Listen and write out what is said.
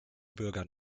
bürgern